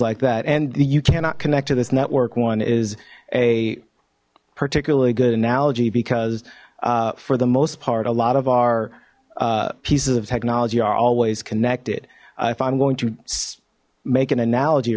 like that and you cannot connect to this network one is a particularly good analogy because for the most part a lot of our pieces of technology are always connected if i'm going to make an analogy